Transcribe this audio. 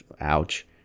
ouch